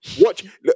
watch